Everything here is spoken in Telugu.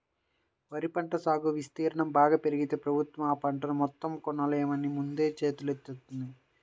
వరి పంట సాగు విస్తీర్ణం బాగా పెరిగితే ప్రభుత్వం ఆ పంటను మొత్తం కొనలేమని ముందే చేతులెత్తేత్తంది